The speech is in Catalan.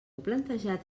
plantejat